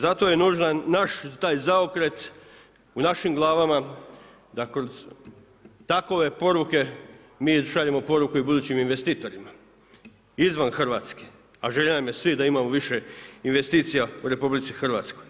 Zato je nužan naš taj zaokret u našim glavama, da kroz takove poruke mi šaljemo poruku i budućim investitorima izvan Hrvatske, a želja nam je svima da imamo više investicija u Republici Hrvatskoj.